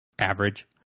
Average